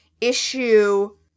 issue